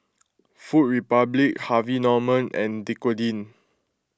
Food Republic Harvey Norman and Dequadin